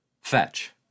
Fetch